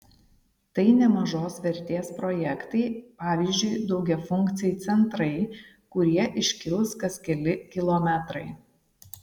tai nemažos vertės projektai pavyzdžiui daugiafunkciai centrai kurie iškils kas keli kilometrai